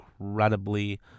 incredibly